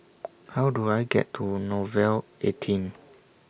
How Do I get to Nouvel eighteen